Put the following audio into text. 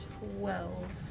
Twelve